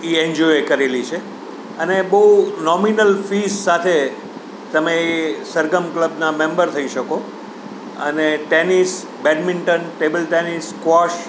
એ NGO એ કરેલી છે અને બહુ નોમિનલ ફિસ સાથે તમે એ સરગમ ક્લબનાં મેમ્બર થઈ શકો અને tennis badminton table tennis squash